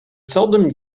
seldom